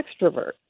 extrovert